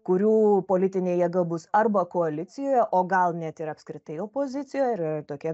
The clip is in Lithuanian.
kurių politinė jėga bus arba koalicijoje o gal net ir apskritai opozicijoj ir tokie